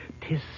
Tis